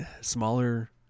smaller